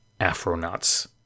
Afronauts